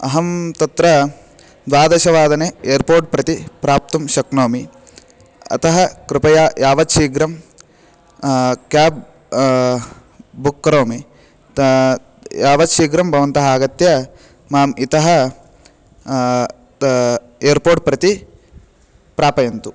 अहं तत्र द्वादशवादने एर्पोर्ट् प्रति प्राप्तुं शक्नोमि अतः कृपया यावत् शीघ्रं क्याब् बुक् करोमि ता यावत् शीघ्रं भवन्तः आगत्य माम् इतः तः एर्पोर्ट् प्रति प्रापयन्तु